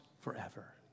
forever